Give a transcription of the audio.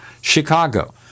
Chicago